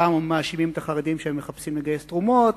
פעם מאשימים את החרדים שהם מחפשים לגייס תרומות,